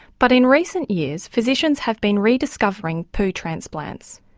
but in recent years physicians have been rediscovering poo transplants.